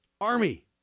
Army